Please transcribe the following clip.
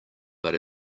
but